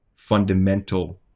fundamental